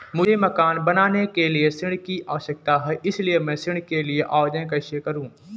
मुझे मकान बनाने के लिए ऋण की आवश्यकता है इसलिए मैं ऋण के लिए आवेदन कैसे करूं?